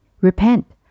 Repent